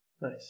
Nice